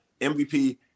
MVP